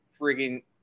friggin